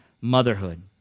motherhood